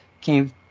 came